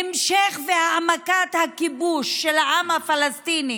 ההמשך וההעמקה של הכיבוש של העם הפלסטיני,